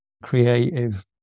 Creative